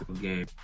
Game